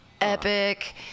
Epic